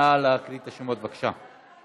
נא להקריא את השמות, בבקשה.